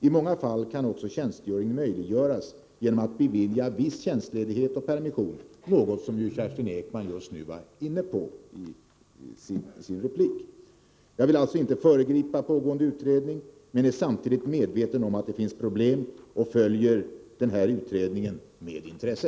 I många fall kan också tjänstgöring möjliggöras genom att man beviljar viss tjänstledighet och permission, något som Kerstin Ekman nyss berörde i sitt anförande. Jag vill alltså inte föregripa pågående utredning, men är samtidigt medveten om att det finns problem och följer utredningen med intresse.